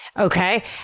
Okay